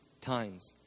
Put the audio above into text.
times